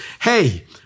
Hey